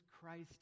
Christ